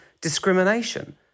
discrimination